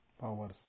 powers